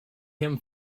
him